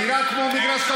מיקי,